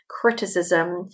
criticism